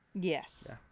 Yes